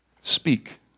speak